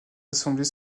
assemblées